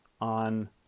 on